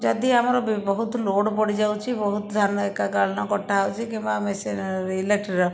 ଯଦି ଆମର ବହୁତ ଲୋଡ଼ ପଡ଼ିଯାଉଛି ବହୁତ ଧାନ ଏକାକାଳିନ କଟା ହେଉଛି କିମ୍ବା ମେସିନର ଇଲେକ୍ଟ୍ରିର